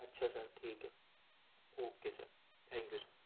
اچھا صاحب ٹھیک ہے okay sir thank you sir